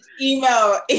email